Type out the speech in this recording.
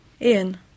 Ian